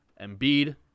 Embiid